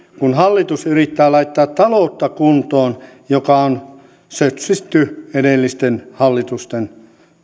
kun hallitus yrittää laittaa kuntoon taloutta joka on sössitty edellisten hallitusten